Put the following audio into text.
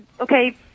Okay